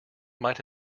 might